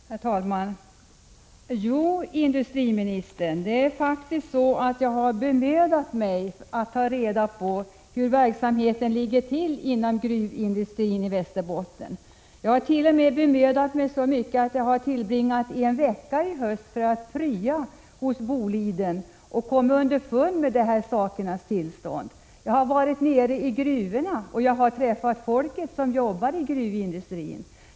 Herr talman! Jo, industriministern, jag har faktiskt bemödat mig att ta reda på hur det ligger till med verksamheten inom gruvindustrin i Västerbotten. Jag har bemödat mig så mycket att jag i höst t.o.m. tillbringat en vecka med att prya hos Boliden och då kommit underfund med sakernas tillstånd. Jag har varit nere i gruvorna, och jag har träffat folket som jobbar i gruvindustrin.